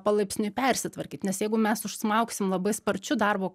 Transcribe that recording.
palaipsniui persitvarkyt nes jeigu mes užsmaugsim labai sparčiu darbo